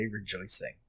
rejoicing